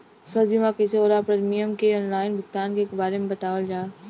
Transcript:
स्वास्थ्य बीमा कइसे होला और प्रीमियम के आनलाइन भुगतान के बारे में बतावल जाव?